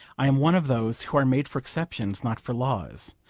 i am one of those who are made for exceptions, not for laws.